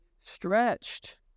stretched